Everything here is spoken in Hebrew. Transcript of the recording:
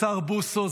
השר בוסו,